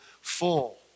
full